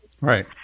Right